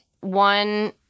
one